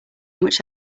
much